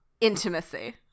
intimacy